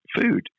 food